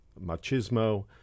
machismo